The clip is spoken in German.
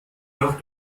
nach